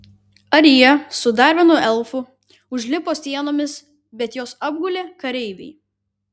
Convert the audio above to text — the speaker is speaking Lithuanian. arija su dar vienu elfu užlipo sienomis bet juos apgulė kareiviai